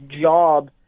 job